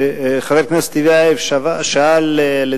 הוצאות דיבה והתבטאויות